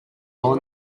while